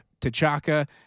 Tachaka